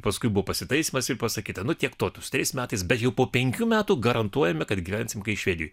paskui buvo pasitaisymas ir pasakyta nu tiek to su tais metais bet jau po penkių metų garantuojame kad gyvensim kai švedijoj